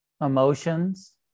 emotions